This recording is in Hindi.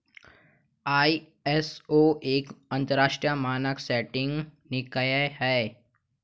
आई.एस.ओ एक अंतरराष्ट्रीय मानक सेटिंग निकाय है